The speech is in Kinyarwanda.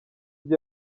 ibyo